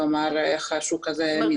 כלומר איך השוק הזה מתחלק.